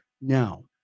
now